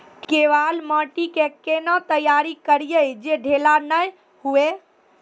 केवाल माटी के कैना तैयारी करिए जे ढेला नैय हुए?